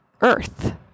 earth